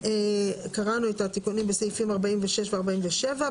קראנו את התיקונים בסעיפים 46 ו-47.